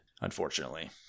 unfortunately